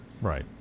Right